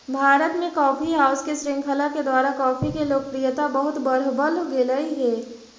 भारत में coffee house के श्रृंखला के द्वारा कॉफी के लोकप्रियता बहुत बढ़बल गेलई हे